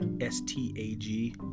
S-T-A-G